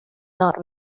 not